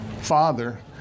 father